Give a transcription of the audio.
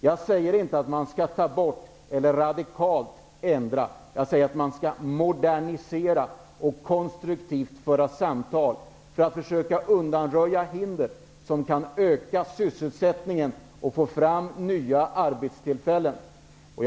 Jag säger inte att man skall ta bort eller göra radikala förändringar, utan jag säger att man skall modernisera och föra konstruktiva samtal för att försöka få fram arbetstillfällen och för att undanröja de hinder som ligger i vägen för en ökad sysselsättning.